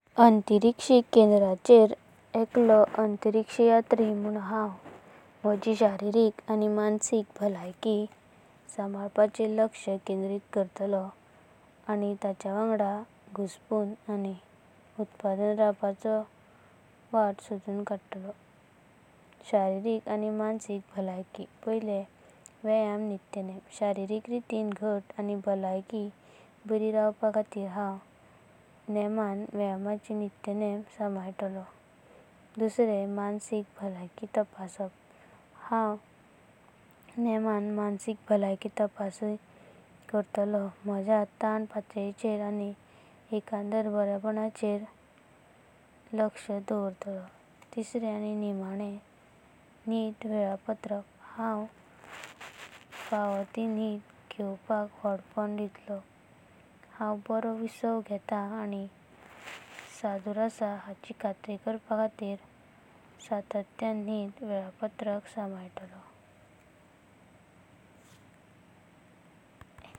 अंतरिकाश केंद्राचेरे एकलो अंतरिकाशयतारी मुंह हंव मोजी शारीरिका। आनी मनसिका बळयकी संभारापाचेरे लक्ष केंदरीत करतलो। आनी ताचावंगड घुसापूणा आनी उत्पादक रावपाची व्हाट शोधून करतलो। शारीरिका आनी मनसिका बलयकी। पायाले वयायाम नित्येनेमां शारीरिका रितिना घट्ट। आनी बळयकी बारी रवपाखातीर हंव नेमाना वयायामाची नित्येनेमां संभारातलो। दुसरे ये मनसिका बळयकी तपासपां हंव नेमाना मनसिका बळयकी तपासानी करतलो। मोजा ताण फाटलेचेरे आनी एकंदार बरेपणाचेरे लक्ष दोवारतलो। तिसरे आनी निमाणे निदां वेळपातराक, हंव फाण्वो ती निदां घेवपाका वाढापणां दिलो। हंव बारो विसावा घेतां आनी शदूरा आसां हांची खातीर करपाखातीर सततेयना निदां वेलपातराक संभारातलो।